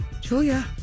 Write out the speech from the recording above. Julia